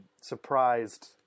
surprised